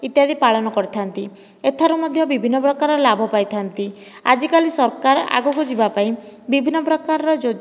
ଇତ୍ୟାଦି ପାଳନ କରିଥାନ୍ତି ଏଥିରୁ ମଧ୍ୟ ବିଭିନ୍ନ ପ୍ରକାର ଲାଭ ପାଇଥାନ୍ତି ଆଜିକାଲି ସରକାର ଆଗକୁ ଯିବା ପାଇଁ ବିଭିନ୍ନ ପ୍ରକାରର ଯୋ